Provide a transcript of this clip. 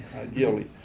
ideally.